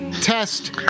test